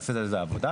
נעשית על זה עבודה.